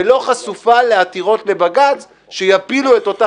ושלא תהיה חשופה לעתירות לבג"ץ שיפילו את אותה